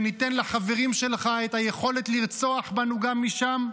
שניתן לחברים שלך את היכולת לרצוח בנו גם משם?